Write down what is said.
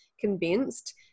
convinced